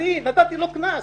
אני נתתי לו קנס.